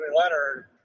Leonard